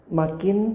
makin